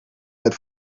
had